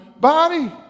body